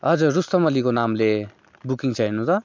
हजुर रुस्तम अलीको नामले बुकिङ छ हेर्नु त